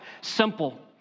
simple